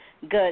Good